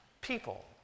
people